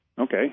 okay